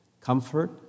comfort